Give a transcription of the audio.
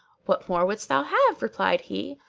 what more wouldst thou have? replied he.